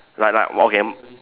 like like okay